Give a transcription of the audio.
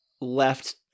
left